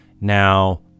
Now